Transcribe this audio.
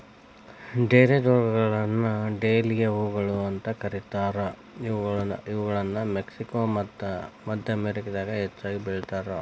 ಡೇರೆದ್ಹೂಗಳನ್ನ dahlia ಹೂಗಳು ಅಂತ ಕರೇತಾರ, ಇವುಗಳನ್ನ ಮೆಕ್ಸಿಕೋ ಮತ್ತ ಮದ್ಯ ಅಮೇರಿಕಾದಾಗ ಹೆಚ್ಚಾಗಿ ಬೆಳೇತಾರ